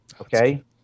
Okay